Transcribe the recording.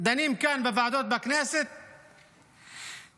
דנים כאן בוועדות בכנסת על יוקר המחיה, על